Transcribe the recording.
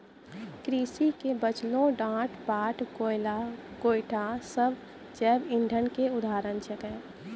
कृषि के बचलो डांट पात, कोयला, गोयठा सब जैव इंधन के उदाहरण छेकै